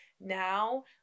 Now